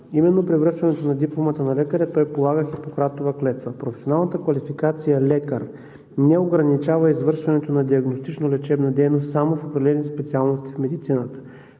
Именно при връчването на дипломата на лекаря той полага Хипократова клетва. Професионалната квалификация „Лекар“ не ограничава извършването на диагностично-лечебна дейност само в определени специалности в медицината.